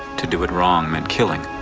to do it wrong meant killing.